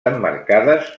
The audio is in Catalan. emmarcades